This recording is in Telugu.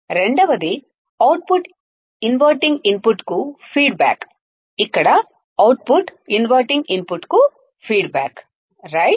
రెండవది అవుట్పుట్ ఇన్వర్టింగ్ ఇన్పుట్కు ఫీడ్బ్యాక్ ఇక్కడ అవుట్పుట్ ఇన్వర్టింగ్ ఇన్పుట్కు ఫీడ్ బ్యాక్ అవునా